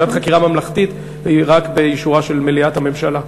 ועדת חקירה ממלכתית היא רק באישורה של מליאת הממשלה.